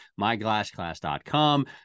MyGlassClass.com